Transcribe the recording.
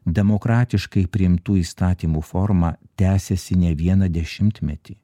demokratiškai priimtų įstatymų forma tęsiasi ne vieną dešimtmetį